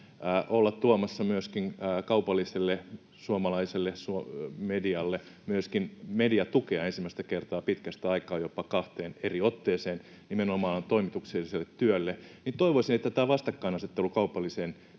olla tuomassa myöskin kaupalliselle suomalaiselle medialle myöskin mediatukea ensimmäistä kertaa pitkästä aikaa — jopa kahteen eri otteeseen nimenomaan toimitukselliselle työlle — niin toivoisin, että tämä vastakkainasettelu kaupallisen